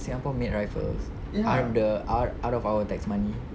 singapore made rifles out the out out of our tax money